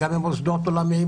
גם במוסדות עולמיים,